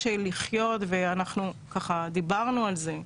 אנחנו דיברנו על זה,